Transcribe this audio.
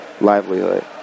livelihood